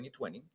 2020